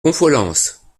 confolens